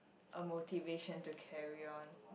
a motivation to carry on